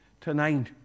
tonight